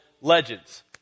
Legends